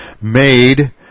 made